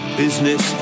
business